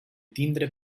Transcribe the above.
tindre